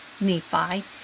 Nephi